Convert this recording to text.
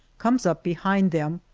comes up behind them,